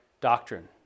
doctrine